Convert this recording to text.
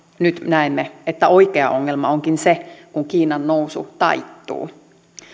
nyt näemme että oikea ongelma onkin se kun kiinan nousu taittuu